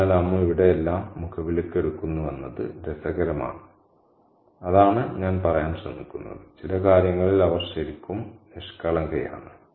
അതിനാൽ അമ്മു ഇവിടെ എല്ലാം മുഖവിലയ്ക്കെടുക്കുന്നുവെന്നത് രസകരമാണ് അതാണ് ഞാൻ പറയാൻ ശ്രമിക്കുന്നത് ചില കാര്യങ്ങളിൽ അവൾ ശരിക്കും നിഷ്കളങ്കയാണ്